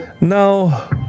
Now